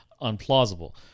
unplausible